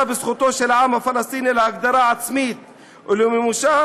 בזכותו של העם הפלסטיני להגדרה עצמית ולמימושה